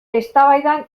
eztabaidan